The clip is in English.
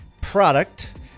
product